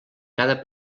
cada